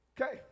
Okay